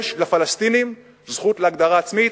יש לפלסטינים זכות להגדרה עצמית.